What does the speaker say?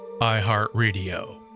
iHeartRadio